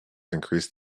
increased